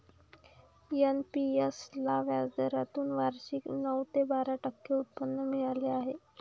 NPS ला व्याजदरातून वार्षिक नऊ ते बारा टक्के उत्पन्न मिळाले आहे